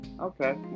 okay